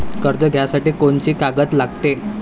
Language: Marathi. कर्ज घ्यासाठी कोनची कागद लागते?